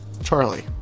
Charlie